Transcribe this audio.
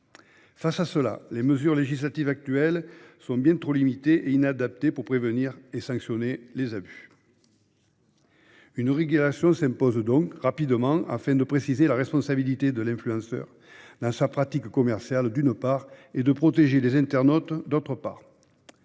phénomène, les mesures législatives actuelles sont bien trop limitées et inadaptées pour prévenir et sanctionner les abus. Une régulation s'impose donc rapidement afin de préciser la responsabilité de l'influenceur dans sa pratique commerciale et de protéger les internautes. De fait,